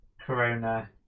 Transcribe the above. corona